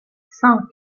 cinq